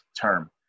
term